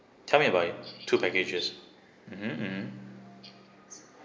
tell me about it two packages mmhmm mmhmm